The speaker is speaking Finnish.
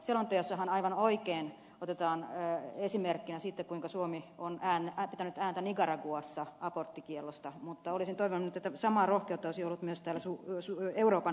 selonteossahan aivan oikein otetaan esimerkkinä se kuinka suomi on pitänyt ääntä nicaraguassa aborttikiellosta mutta olisin toivonut että samaa rohkeutta olisi ollut myös euroopan sisällä